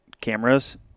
cameras